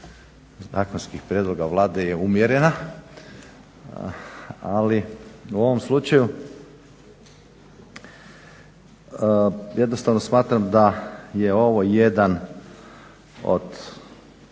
zakonskih prijedloga Vlade je umjerena ali u ovom slučaju jednostavno smatram da je ovo jedan od